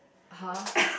!huh!